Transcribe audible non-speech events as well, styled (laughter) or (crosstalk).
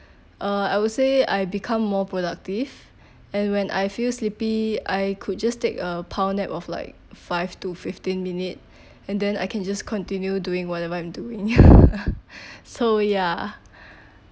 uh I would say I become more productive and when I feel sleepy I could just take a power nap of like five to fifteen minute and then I can just continue doing whatever I'm doing (laughs) so ya